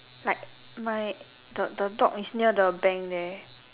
like my the the dog is near the bank there